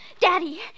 Daddy